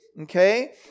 okay